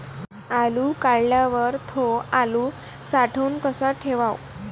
आलू काढल्यावर थो आलू साठवून कसा ठेवाव?